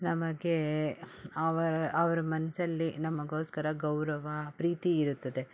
ನಮಗೆ ಅವರ ಅವ್ರ ಮನಸಲ್ಲಿ ನಮಗೋಸ್ಕರ ಗೌರವ ಪ್ರೀತಿ ಇರುತ್ತದೆ